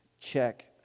Check